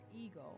ego